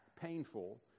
painful